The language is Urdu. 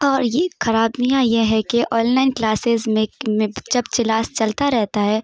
اور یہ خرابیاں یہ ہے کہ آن لائن کلاسز میں میں جب کلاس چلتا رہتا ہے